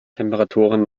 temperaturen